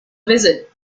visit